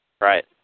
right